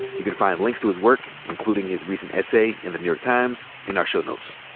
you can find links to his work, including his recent essay in the new york times, in our show notes.